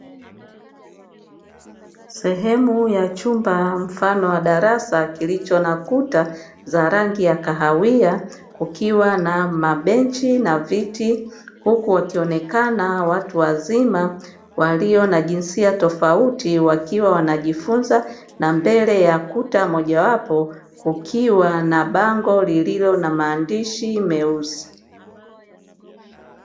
Sehemu ya chumba mfano wa darasa kilicho na kuta za rangi ya kahawia kukiwa na mabenchi na viti huku wakionekana watu wazima walio na jinsia tofauti wakiwa wanajifunza, na mbele ya kuta moja wapo kukiwa na bango lilio na maandishi meusi.